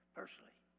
personally